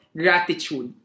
gratitude